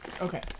Okay